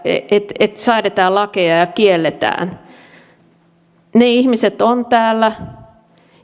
että että säädetään lakeja ja ja kielletään ne ihmiset ovat täällä